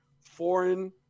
foreign